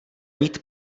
mít